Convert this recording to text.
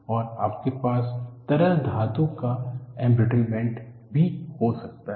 और आपके पास तरल धातु का एमब्रिटलमैंट भी हो सकता है